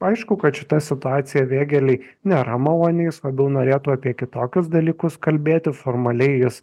aišku kad šita situacija vėgėlei nėra maloni jis labiau norėtų apie kitokius dalykus kalbėti formaliai jis